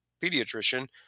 pediatrician